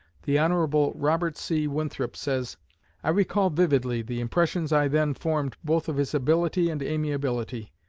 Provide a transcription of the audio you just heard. the hon. robert c. winthrop says i recall vividly the impressions i then formed both of his ability and amiability.